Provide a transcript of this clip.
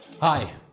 Hi